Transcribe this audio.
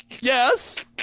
yes